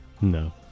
No